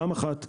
פעם אחת 20%,